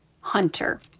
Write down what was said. hunter